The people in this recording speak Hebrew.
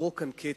לקרוא כאן קטע,